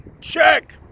Check